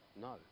No